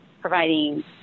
providing